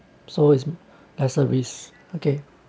so there's a risk yes okay